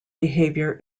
behavior